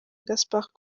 gaspard